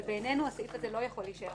אבל, בעינינו, הסעיף הזה לא יכול להישאר